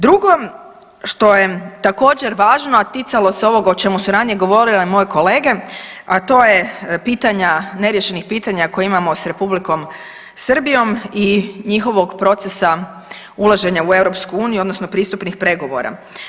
Drugo što je također važno, a ticalo se ovog o čemu su ranije govorile moje kolege, a to je pitanja neriješenih pitanja koja imamo s Republikom Srbijom i njihovog procesa ulaženja u EU odnosno pristupnih pregovora.